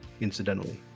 incidentally